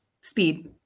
speed